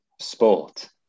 sport